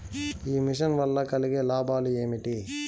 ఈ మిషన్ వల్ల కలిగే లాభాలు ఏమిటి?